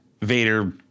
Vader